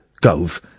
Gove